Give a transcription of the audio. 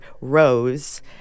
Rose